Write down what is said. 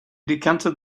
decanted